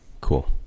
Cool